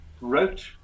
wrote